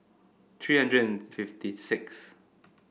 three hundred and fifty six